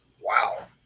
Wow